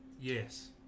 Yes